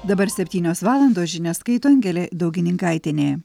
dabar septynios valandos žinias skaito angelė daugininkaitienė